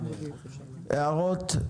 הערות.